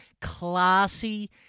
classy